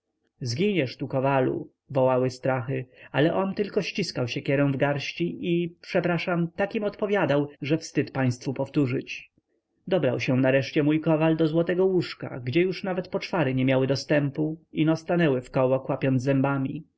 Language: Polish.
człowiekiem zginiesz tu kowalu wołały strachy ale on tylko ściskał siekierę w garści i przepraszam tak im odpowiadał że wstyd państwu powtórzyć dobrał się nareszcie mój kowal do złotego łóżka gdzie już nawet poczwary nie miały dostępu ino stanęły wkoło kłapiący zębami on